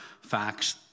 facts